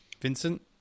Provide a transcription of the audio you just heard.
Vincent